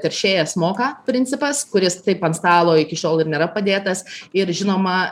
teršėjas moka principas kuris taip ant stalo iki šiol ir nėra padėtas ir žinoma